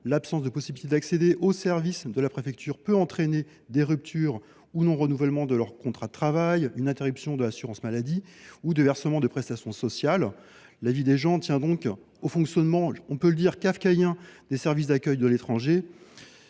séjour, l’impossibilité d’accéder aux services de la préfecture peut entraîner des ruptures ou un non renouvellement des contrats de travail, ainsi qu’une interruption de l’assurance maladie ou du versement des prestations sociales. La vie des gens tient donc au fonctionnement kafkaïen, disons le, des services d’accueil des étrangers.